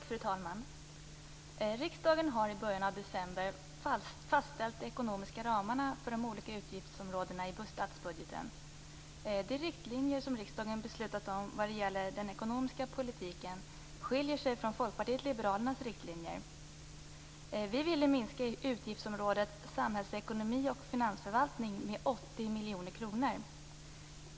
Fru talman! Riksdagen har i början av december fastställt de ekonomiska ramarna för de olika utgiftsområdena i statsbudgeten. De riktlinjer som riksdagen beslutat om vad gäller den ekonomiska politiken skiljer sig från Folkpartiet liberalernas riktlinjer. Vi vill minska utgiftsområdet Samhällsekonomi och finansförvaltning med 80 miljoner kronor.